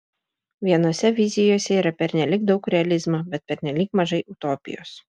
vienose vizijose yra pernelyg daug realizmo bet pernelyg mažai utopijos